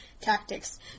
tactics